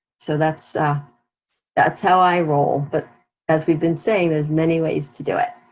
so that's that's how i roll, but as we've been saying, there's many ways to do it.